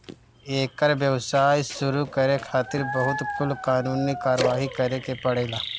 एकर व्यवसाय शुरू करे खातिर बहुत कुल कानूनी कारवाही करे के पड़ेला